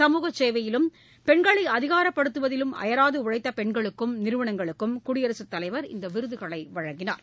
சமூகசேவையிலும் பெண்களை அதிகாரப்படுத்துவதிலும் அயராது உழைத்த பெண்களுக்கும் நிறுவனங்களுக்கும் குடியரசுத்தலைவர் இந்த விருதுகளை வழங்கினார்